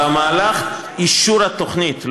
במהלך אישור התוכנית,